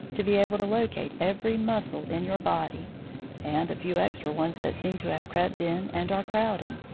to be able to locate every muscle in your body and a few extra ones that seem to have crept in and are crowding,